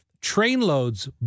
trainloads